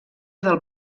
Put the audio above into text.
del